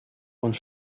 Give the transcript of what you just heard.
und